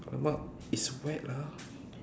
!alamak! it's wet lah